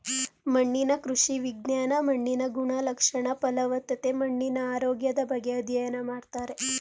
ಮಣ್ಣಿನ ಕೃಷಿ ವಿಜ್ಞಾನ ಮಣ್ಣಿನ ಗುಣಲಕ್ಷಣ, ಫಲವತ್ತತೆ, ಮಣ್ಣಿನ ಆರೋಗ್ಯದ ಬಗ್ಗೆ ಅಧ್ಯಯನ ಮಾಡ್ತಾರೆ